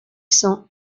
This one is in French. cents